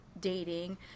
dating